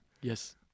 Yes